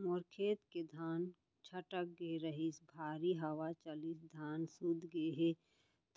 मोर खेत के धान छटक गे रहीस, भारी हवा चलिस, धान सूत गे हे,